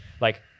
Like-